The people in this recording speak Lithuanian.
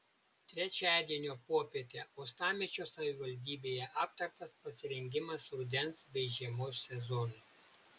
trečiadienio popietę uostamiesčio savivaldybėje aptartas pasirengimas rudens bei žiemos sezonui